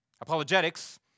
Apologetics